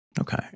Okay